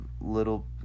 little